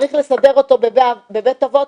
צריך לסדר אותו בבית אבות,